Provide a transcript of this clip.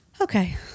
Okay